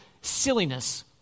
silliness